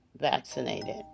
vaccinated